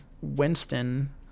winston